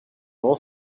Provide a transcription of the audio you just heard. roll